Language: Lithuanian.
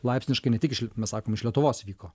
laipsniškai ne tik iš li mes sakom iš lietuvos vyko